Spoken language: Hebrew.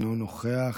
אינו נוכח.